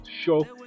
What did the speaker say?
show